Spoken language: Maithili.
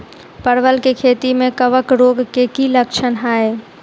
परवल केँ खेती मे कवक रोग केँ की लक्षण हाय?